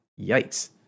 Yikes